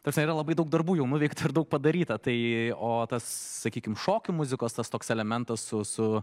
ta prasme yra labai daug darbų jau nuveikta ir daug padaryta tai o tas sakykim šokių muzikos tas toks elementas su su